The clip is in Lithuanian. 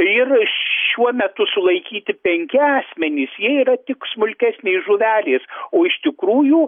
ir šiuo metu sulaikyti penki asmenys jie yra tik smulkesnės žuvelės o iš tikrųjų